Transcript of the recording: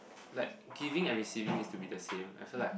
like giving and receiving is to be the same I feel like